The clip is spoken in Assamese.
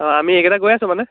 অঁ আমি এইকেইটা গৈ আছো মানে